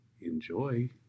enjoy